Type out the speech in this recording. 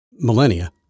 millennia